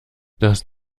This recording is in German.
das